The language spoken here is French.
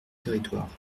territoires